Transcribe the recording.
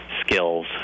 Skills